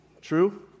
true